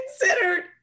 considered